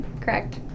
correct